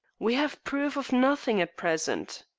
we have proof of nothing at present.